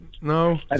No